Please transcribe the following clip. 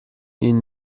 ihnen